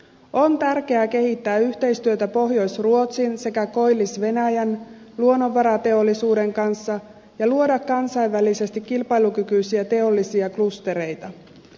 on tärkeää kehittää yhteistyötä pohjois ruotsin sekä koillis venäjän luonnonvarateollisuuden kanssa ja luoda kansainvälisesti kilpailukykyisiä teollisia klustereita